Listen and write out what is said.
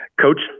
Coach